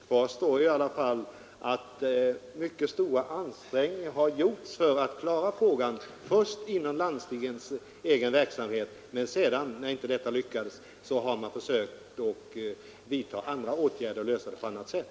Herr talman! Kvar står i alla fall att mycket stora ansträngningar har gjorts för att klara frågan. I första hand har landstinget försökt lösa frågan med egen företagsläkare, och sedan, när detta inte lyckades, har man försökt vidta åtgärder och lösa frågan på annat sätt.